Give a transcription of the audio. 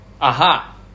aha